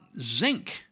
zinc